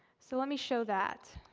so let me show that.